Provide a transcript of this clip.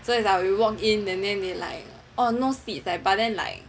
so it's like we walk in and then they like orh no seats like but then like